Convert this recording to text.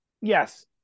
yes